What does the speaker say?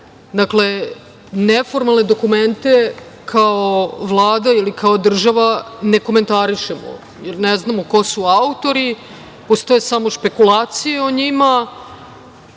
Dakle, neformalne dokumente kao Vlada ili kao država ne komentarišemo, jer ne znamo ko su autori. Postoje samo spekulacije o njima